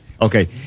Okay